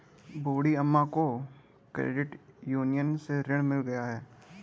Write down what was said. बूढ़ी अम्मा को credit union से ऋण मिल गया है